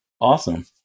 Awesome